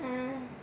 orh